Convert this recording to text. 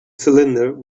cylinder